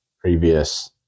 previous